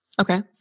Okay